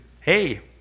hey